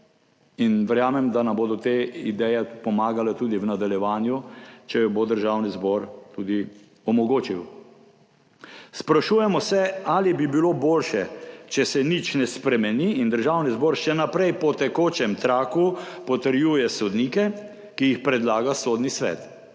in verjamem, da nam bodo te ideje pomagale tudi v nadaljevanju, če jo bo Državni zbor tudi omogočil. Sprašujemo se, ali bi bilo boljše, če se nič ne spremeni in Državni zbor še naprej po tekočem traku potrjuje sodnike, ki jih predlaga Sodni svet,